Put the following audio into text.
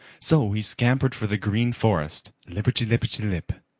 so he scampered for the green forest, lipperty-lipperty-lip.